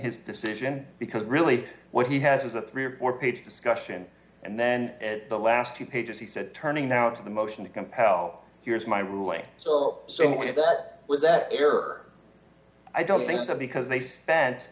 his decision because really what he has is a three or four page discussion and then at the last two pages he said turning now to the motion to compel here's my ruling so so was it that was that your i don't think so because they spent